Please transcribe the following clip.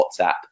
WhatsApp